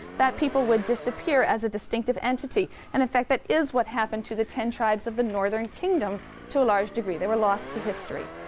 that people would disappear as a distinctive entity, and in effect, that is what happened to the ten tribes of the northern kingdom to a large degree. they were lost to history.